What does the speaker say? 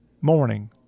morning